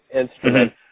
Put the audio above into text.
instrument